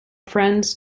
friends